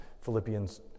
Philippians